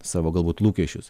savo galbūt lūkesčius